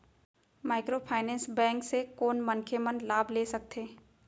Microfinance bank से कोन मनखे मन लाभ ले सकथे?